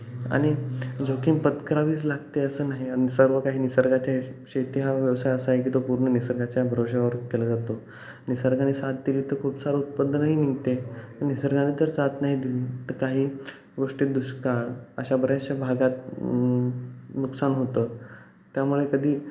आणि जोखीम पत्करावीच लागते असं नाही आणि सर्व काही निसर्गात आहे शेती हा व्यवसाय असा आहे की तो पूर्ण निसर्गाच्या भरोशावर केला जातो निसर्गाने साथ दिली तर खूप सारं उत्पादनही निघते निसर्गाने जर साथ नाही दिली तर काही गोष्टी दुष्काळ अशा बऱ्याचशा भागात नुकसान होतं त्यामुळे कधी